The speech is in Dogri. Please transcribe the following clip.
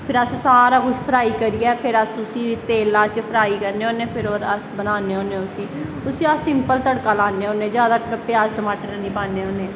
फिर असें सारा कुछ फ्राई करियै फिर असैं उसी तेल्ला च फ्राई करने होन्ने फिर अस बनान्ने होन्ने उसी उस सिंपल तड़का लान्ने होन्ने प्याज टमाटर नी पान्ने होन्ने